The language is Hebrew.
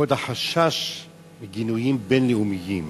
עקב החשש מגינויים בין-לאומיים.